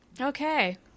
Okay